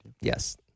yes